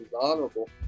honorable